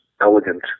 elegant